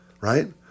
Right